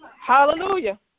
Hallelujah